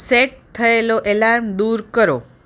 set થયેલો alarm દૂર કરો